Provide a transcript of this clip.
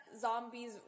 Zombies